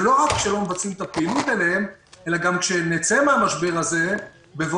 זה לא רק שלא מבצעים את הפעילות אלא גם כשנצא מהמשבר הזה בבוא